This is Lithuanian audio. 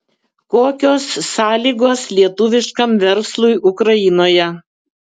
kokios sąlygos lietuviškam verslui ukrainoje